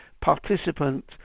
participant